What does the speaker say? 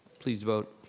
please vote.